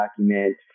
document